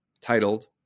titled